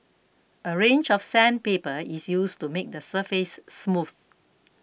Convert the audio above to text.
a range of sandpaper is used to make the surface smooth